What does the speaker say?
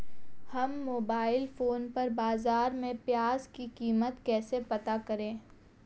हम mobile phone पर बाज़ार में प्याज़ की कीमत कैसे पता करें?